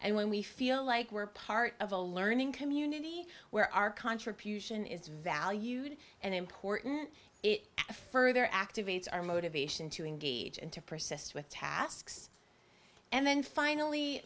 and when we feel like we're part of a learning community where our contribution is valued and important it is a further activates our motivation to engage and to persist with tasks and then finally